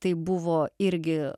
tai buvo irgi